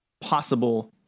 possible